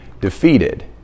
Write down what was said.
defeated